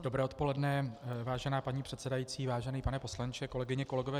Dobré odpoledne, vážená paní předsedající, vážený pane poslanče, kolegyně, kolegové.